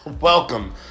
Welcome